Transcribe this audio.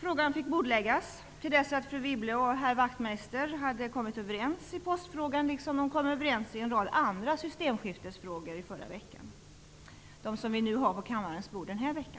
Frågan fick bordläggas till dess att fru Wibble och herr Wachtmeister hade kommit överens i postfrågan, liksom de kom överens i en rad andra systemskiftesfrågor i förra veckan -- de som nu finns på kammarens bord denna vecka.